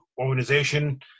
organization